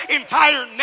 entire